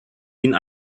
ihnen